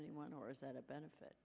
anyone or is that a benefit